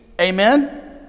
Amen